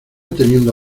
teniendo